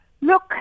Look